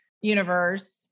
universe